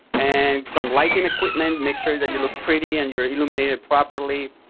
and some lighting equipment. make sure that you look pretty and you're illuminated properly.